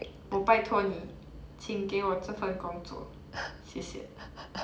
我拜托你请给我这份工作谢谢